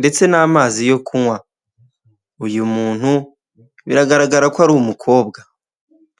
ndetse n'amazi yo kunywa uyu muntu biragaragara ko ari umukobwa.